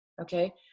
okay